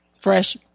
Fresh